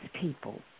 people